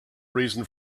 reason